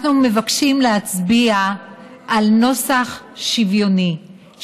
אנחנו מבקשים להצביע על נוסח שוויוני,